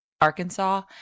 Arkansas